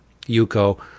Yuko